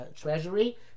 treasury